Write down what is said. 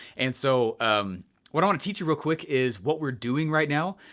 and so um what i wanna teach you real quick is what we're doing right now.